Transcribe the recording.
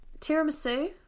Tiramisu